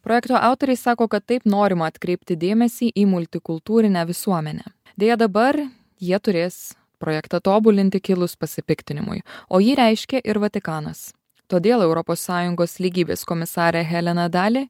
projekto autoriai sako kad taip norima atkreipti dėmesį į multikultūrinę visuomenę deja dabar jie turės projektą tobulinti kilus pasipiktinimui o jį reiškia ir vatikanas todėl europos sąjungos lygybės komisarė helena dali